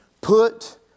Put